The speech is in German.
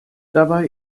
dabei